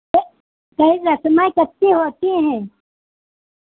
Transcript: कई रस्में कितनी होती हैं